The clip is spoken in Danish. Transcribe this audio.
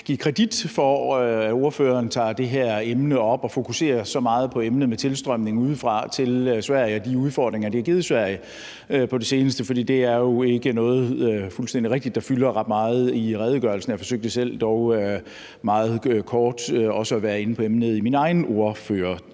ordføreren for, at han tager det her emne op og fokuserer så meget på emnet om tilstrømning udefra til Sverige og de udfordringer, det har givet Sverige på det seneste. For det er jo fuldstændig rigtigt ikke noget, der fylder ret meget i redegørelsen. Jeg forsøgte også selv, dog meget kort, at komme ind på emnet i min egen ordførertale.